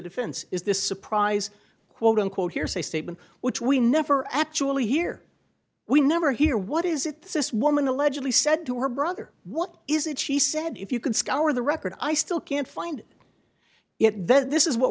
defense is this surprise quote unquote hearsay statement which we never actually hear we never hear what is it that this woman allegedly said to her brother what is it she said if you can scour the record i still can't find it that this is what